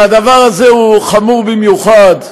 והדבר הזה הוא חמור במיוחד,